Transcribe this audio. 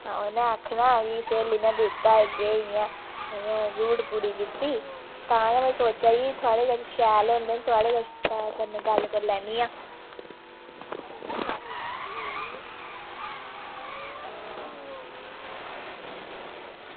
उन्ने आक्खना की स्हेली नै दित्ता केह् इंया रूढ पूरी कीती तां गै में सोचेआ कि थुआढ़े कोल शैल होंदे शैल कन्नै गल्ल करी लैन्नी आं